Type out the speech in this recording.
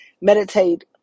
meditate